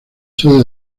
sede